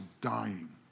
dying